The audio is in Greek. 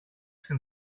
στην